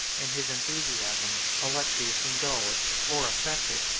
in his enthusiasm, alexius indulged, or affected,